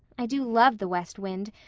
i do love the west wind.